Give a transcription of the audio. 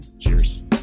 Cheers